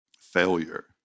failure